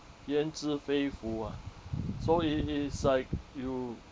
焉知非福啊 so it is like you